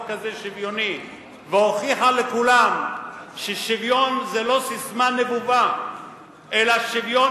כזה שוויוני והוכיחה לכולם ששוויון זה לא ססמה נבובה אלא שוויון,